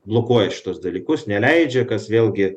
blokuoja šituos dalykus neleidžia kas vėlgi